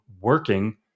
working